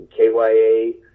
KYA